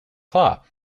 claw